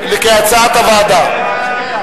כהצעת הוועדה.